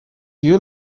you